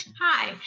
Hi